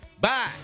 bye